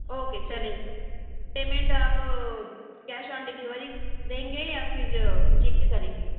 okay چلیں payment آپ cash on delivery دیں گے یا پھر جی پے کریں گے